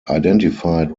identified